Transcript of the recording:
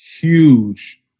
huge